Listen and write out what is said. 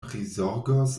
prizorgos